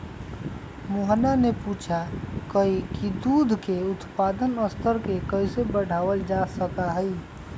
मोहना ने पूछा कई की दूध के उत्पादन स्तर के कैसे बढ़ावल जा सका हई?